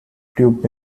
tube